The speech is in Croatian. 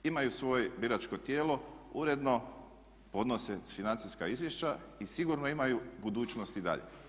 Imaju svoje biračko tijelo, uredno podnose financijska izvješća i sigurno imaju budućnost i dalje.